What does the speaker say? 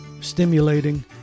stimulating